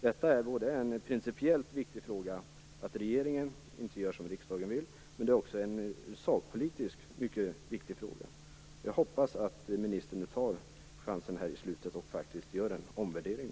Detta är både en principiellt viktig fråga - regeringen gör inte som riksdagen vill - och en sakpolitiskt mycket viktig fråga. Jag hoppas att ministern nu på slutet tar chansen att faktiskt göra en omvärdering.